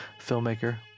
Filmmaker